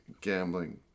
gambling